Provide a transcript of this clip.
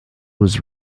was